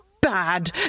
bad